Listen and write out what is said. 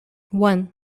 one